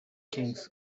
kings